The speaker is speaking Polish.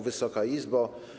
Wysoka Izbo!